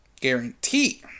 Guarantee